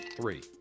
three